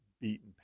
beaten